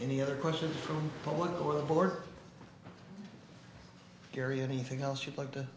any other questions from the one or the board gary anything else you'd like to